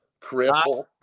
cripple